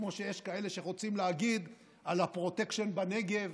כמו שיש כאלה שרוצים להגיד על הפרוטקשן בנגב,